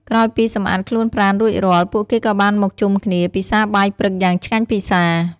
ក្រោយពីសម្អាតខ្លួនប្រាណរួចរាល់ ពួកគេក៏បានមកជុំគ្នាពិសាបាយព្រឹកយ៉ាងឆ្ងាញ់ពិសា។